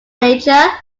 nature